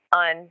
on